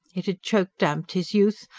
it had choke-damped his youth,